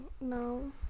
No